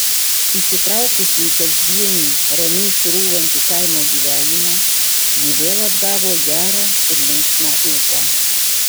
įsitraukusi į kasdienį ramiai srūvantį kaimo gyvenimą ji vėl atgavo gerą ir linksmą ūpą